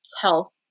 health